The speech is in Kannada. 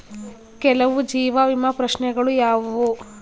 ಕೆಲವು ಜೀವ ವಿಮಾ ಪ್ರಶ್ನೆಗಳು ಯಾವುವು?